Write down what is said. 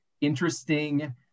interesting